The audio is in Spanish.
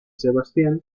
sebastián